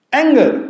anger